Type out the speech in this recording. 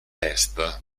est